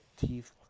teeth